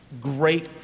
Great